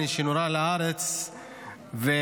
אנחנו רוצים התעללות בילדים?